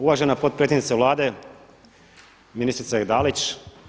Uvažena potpredsjednice Vlade, ministrice Dalić.